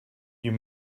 you